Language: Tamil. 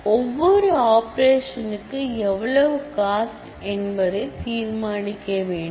ஒவ்வொரு ஆபரேஷனுக்கு எவ்வளவு காஸ்ட் என்பதை தீர்மானிக்க வேண்டும்